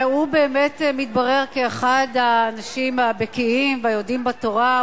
הוא באמת מתברר כאחד האנשים הבקיאים והיודעים בתורה,